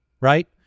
right